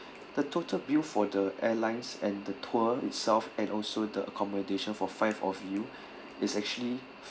the total bill for the airlines and the tour itself and also the accommodation for five of you is actually